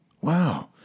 Wow